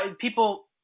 people